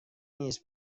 نیست